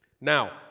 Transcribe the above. Now